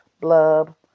Blub